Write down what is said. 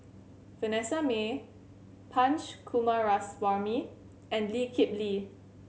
Vanessa Mae Punch Coomaraswamy and Lee Kip Lee